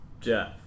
Jeff